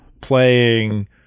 playing